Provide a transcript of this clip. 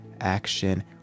action